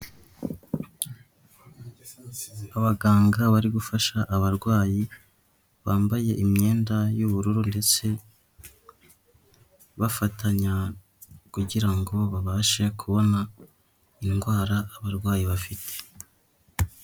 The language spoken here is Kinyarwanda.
Abaganga bari gufasha abarwayi bambaye imyenda y'ubururu ndetse bafatanya, kugira ngo babashe kubona indwara abarwayi bafite.